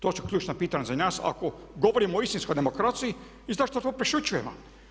To su ključna pitanja za nas ako govorimo o istinskoj demokraciji i zašto to prešućujemo.